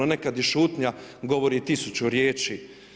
Nekad i šutanja govori tisuću riječi.